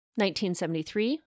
1973